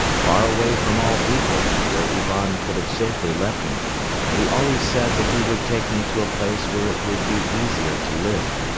far away from all people, where ivan could have safely left me but he always said that he would take me to a place where it would be easier to live.